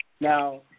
Now